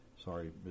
Sorry